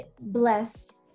blessed